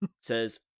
says